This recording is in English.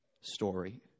story